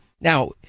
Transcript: Now